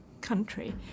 country